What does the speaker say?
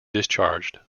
discharged